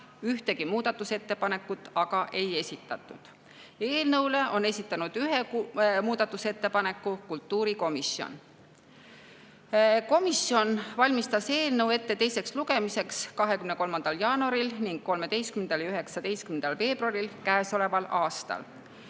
Ühtegi muudatusettepanekut ei esitatud. Eelnõu kohta on esitanud ühe muudatusettepaneku kultuurikomisjon. Komisjon valmistas eelnõu ette teiseks lugemiseks 23. jaanuaril ning 13. ja 19. veebruaril käesoleval aastal.